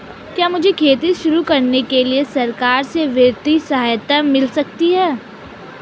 क्या मुझे खेती शुरू करने के लिए सरकार से वित्तीय सहायता मिल सकती है?